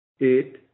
eight